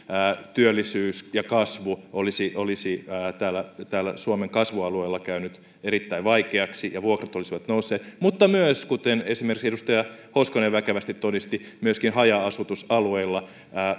työllisyys ja kasvu olisivat täällä suomen kasvualueella käyneet erittäin vaikeaksi ja vuokrat olisivat nousseet mutta myöskin kuten esimerkiksi edustaja hoskonen väkevästi todisti haja asutusalueilla